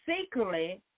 secretly